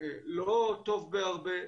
לא טוב בהרבה.